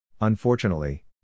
Unfortunately